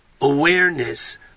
awareness